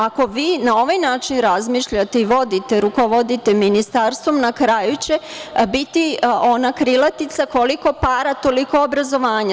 Ako vi na ovaj način razmišljate i vodite, rukovodite ministarstvom, na kraju će biti ona krilatica – koliko para, toliko obrazovanja.